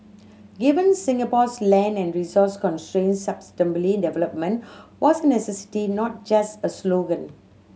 given Singapore's land and resource constraints sustainable development was a necessity not just a slogan